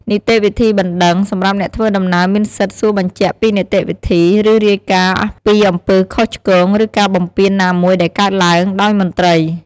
នីតិវិធីបណ្តឹង សម្រាប់អ្នកធ្វើដំណើរមានសិទ្ធិសួរបញ្ជាក់ពីនីតិវិធី ឬរាយការណ៍ពីអំពើខុសឆ្គង ឬការបំពានណាមួយដែលកើតឡើងដោយមន្ត្រី។